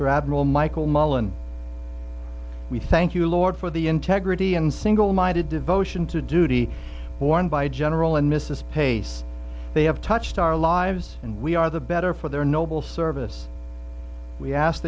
admiral michael mullen we thank you lord for the integrity and single minded devotion to duty worn by gen and mrs pace they have touched our lives and we are the better for their noble service we ask